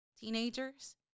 teenagers